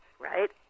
right